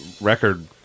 record